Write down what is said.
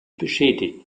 beschädigt